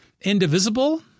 Indivisible